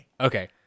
Okay